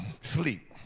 sleep